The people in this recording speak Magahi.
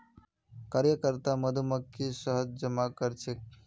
कार्यकर्ता मधुमक्खी शहद जमा करछेक